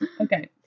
Okay